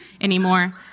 anymore